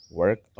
work